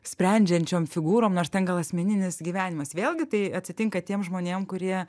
sprendžiančiom figūrom nors ten gal asmeninis gyvenimas vėlgi tai atsitinka tiems žmonėm kurie